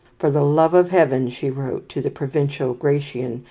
for the love of heaven, she wrote to the provincial, gratian,